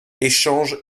échange